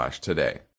today